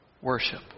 Worship